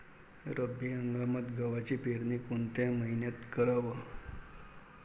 रब्बी हंगामात गव्हाची पेरनी कोनत्या मईन्यात कराव?